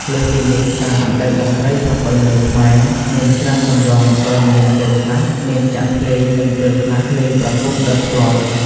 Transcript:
លើសពីនេះ ការសំដែងតន្រ្តីប្រពៃណីខ្មែរ មានច្រើនទម្រង់ដោយមានពេលខ្លះមានចាក់ភ្លេង និងពេលខ្លះលេងប្រគុំដោយផ្ទាល់។